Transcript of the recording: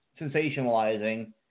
sensationalizing